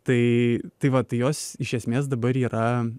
tai tai va tai jos iš esmės dabar yra